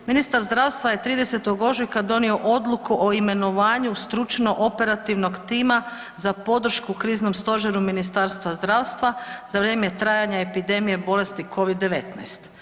Ministar zdravstva je 30. ožujka donio odluku o imenovanju stručno operativnog tima za podršku Kriznom stožeru Ministarstva zdravstva za vrijeme trajanja epidemije bolesti Covid-19.